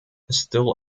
still